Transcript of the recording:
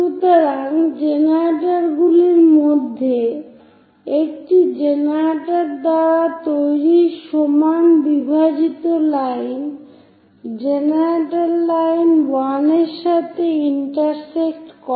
সুতরাং জেনারেটরগুলির মধ্যে একটি জেনারেটর দ্বারা তৈরি সমান বিভাজিত লাইন জেনারেটর লাইন 1 এর সাথে ইন্টারসেক্ট করে